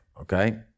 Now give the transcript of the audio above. okay